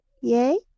Yay